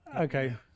Okay